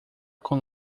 con